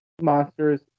monsters